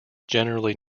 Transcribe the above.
generally